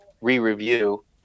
re-review